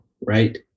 right